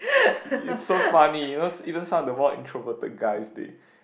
it's so funny you know even some of the more introverted guys they